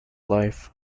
life